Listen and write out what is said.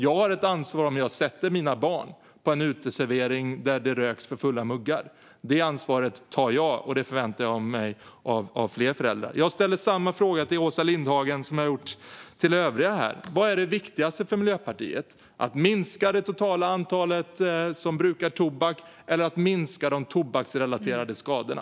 Jag har ett ansvar om jag sätter mina barn på en uteservering där det röks för fulla muggar. Det ansvaret tar jag, och jag förväntar mig att fler föräldrar gör det. Jag ställer samma fråga till Åsa Lindhagen som jag har gjort till övriga här. Vad är det viktigaste för Miljöpartiet - att minska det totala antal som brukar tobak eller att minska de tobaksrelaterade skadorna?